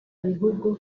bihugu